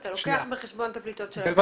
אתה לוקח בחשבון את הפליטות של הגזים.